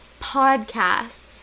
podcasts